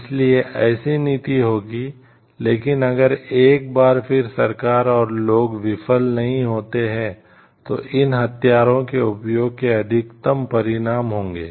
इसलिए ऐसी नीति होगी लेकिन अगर एक बार फिर सरकार और लोग विफल नहीं होते हैं तो इन हथियारों के उपयोग के अधिकतम परिणाम होंगे